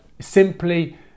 Simply